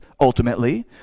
ultimately